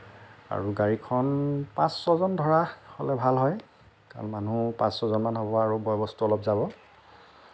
আৰু গাড়ীখন পাঁচ ছজন ধৰা হ'লে ভাল হয় কাৰণ মানুহ পাঁচ ছজনমান হ'ব আৰু বয় বস্তু অলপ যাব